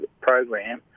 program